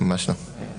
ממש לא.